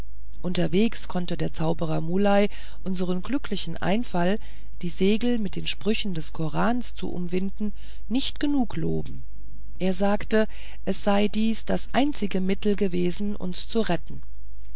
unterwegs konnte der zauberer muley unseren glücklichen einfall die segel mit den sprüchen des korans zu umwinden nicht genug loben er sagte es sei dies das einzige mittel gewesen uns zu retten